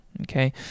okay